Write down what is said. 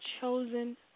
chosen